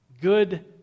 good